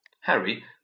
Harry